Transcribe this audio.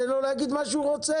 תן לו להגיד מה שהוא רוצה,